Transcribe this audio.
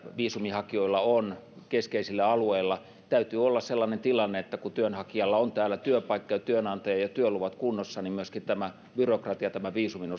viisumihakijoilla on keskeisillä alueilla täytyy olla sellainen tilanne että kun työnhakijalla on täällä työpaikka ja työnantaja ja työluvat kunnossa niin myöskin tämä byrokratia viisumin